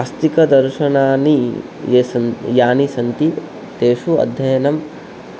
आस्तिकदर्शनानि ये सन्ति यानि सन्ति तेषु अध्ययनं